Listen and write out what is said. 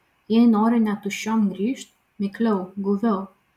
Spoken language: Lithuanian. jei nori ne tuščiom grįžt mikliau guviau